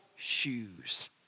shoes